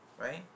right